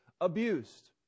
abused